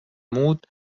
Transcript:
muud